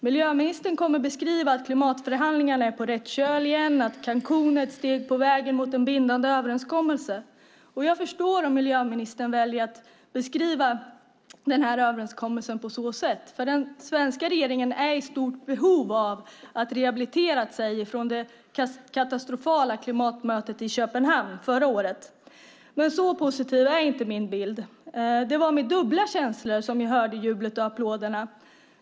Miljöministern kommer att säga att klimatförhandlingarna är på rätt köl igen och att mötet i Cancún är ett steg på vägen mot en bindande överenskommelse. Jag förstår om miljöministern väljer att beskriva den här överenskommelsen på det sättet eftersom den svenska regeringen är i stort behov av att rehabilitera sig efter det katastrofala klimatmötet i Köpenhamn förra året. Men så positiv är inte min bild. Det var med dubbla känslor som jag hörde jublet och applåderna.